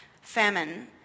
famine